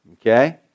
okay